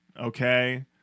Okay